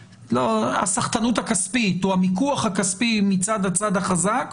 הסחטנות הכספית או המיקוח הכספי מצד הצד החזק,